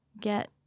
get